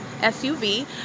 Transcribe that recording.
SUV